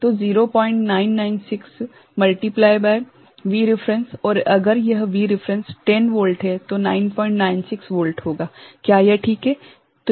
तो 0996 गुणित V reference और अगर यह V रेफेरेंस 10 वोल्ट है तो 996 वोल्ट होगा क्या यह ठीक है